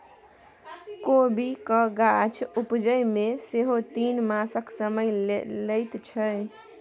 कोबीक गाछ उपजै मे सेहो तीन मासक समय लैत छै